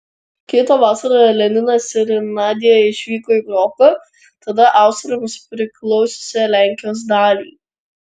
kitą vasarą leninas ir nadia išvyko į krokuvą tada austrams priklausiusią lenkijos dalį